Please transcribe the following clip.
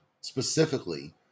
specifically